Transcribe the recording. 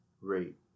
rate